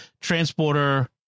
transporter